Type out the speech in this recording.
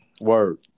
Word